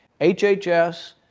HHS